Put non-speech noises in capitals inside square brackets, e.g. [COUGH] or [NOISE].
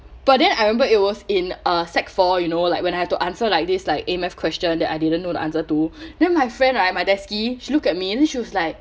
but then I remember it was in uh sec~ four you know like when I have to answer like this like M_F question that I didn't know the answer to [BREATH] then my friend right my desk she look at me and then she was like